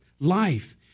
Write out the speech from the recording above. life